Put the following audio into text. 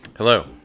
Hello